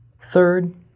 third